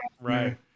right